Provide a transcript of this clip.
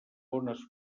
bones